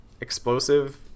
explosive